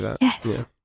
yes